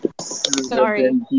Sorry